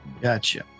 Gotcha